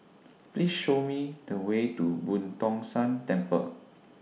Please Show Me The Way to Boo Tong San Temple